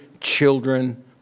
children